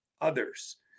others